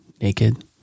naked